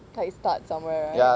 like start somewhere right